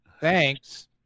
Thanks